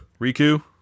Riku